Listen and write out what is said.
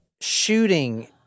shooting